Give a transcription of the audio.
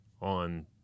on